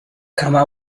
kama